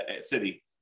city